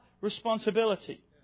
responsibility